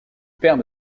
père